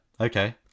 Okay